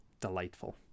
delightful